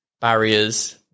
barriers